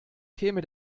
käme